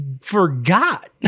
forgot